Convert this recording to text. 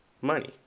money